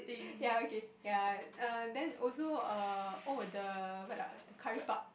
ya okay ya err then also err oh the what lah the curry puff